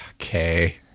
Okay